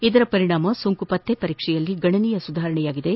ಇದರ ಪರಿಣಾಮ ಸೋಂಕು ಪತ್ತೆ ಪರೀಕ್ಷೆಯಲ್ಲಿ ಗಣನೀಯ ಸುಧಾರಣೆಯಾಗಿದೆ